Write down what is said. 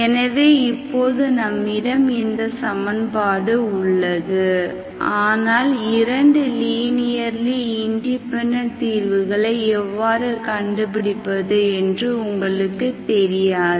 எனவே இப்போது நம்மிடம் இந்த சமன்பாடு உள்ளது ஆனால் இரண்டு லீனியர்லி இண்டிபெண்டெண்ட் தீர்வுகளை எவ்வாறு கண்டுபிடிப்பது என்று உங்களுக்குத் தெரியாது